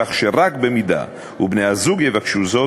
כך שרק במידה שבני-הזוג יבקשו זאת,